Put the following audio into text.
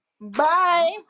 Bye